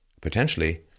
potentially